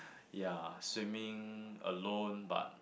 ya swimming alone but